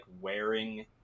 wearing